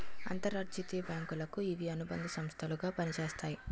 అంతర్జాతీయ బ్యాంకులకు ఇవి అనుబంధ సంస్థలు గా పనిచేస్తాయి